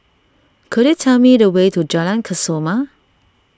could you tell me the way to Jalan Kesoma